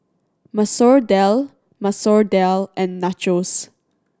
Masoor Dal Masoor Dal and Nachos